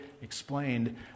explained